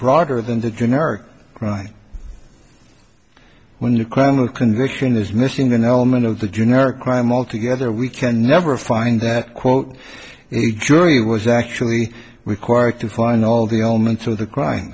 broader than the generic right when you crime a conviction is missing the element of the generic crime all together we can never find that quote the jury was actually required to find all the elements of the crime